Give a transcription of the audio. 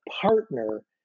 partner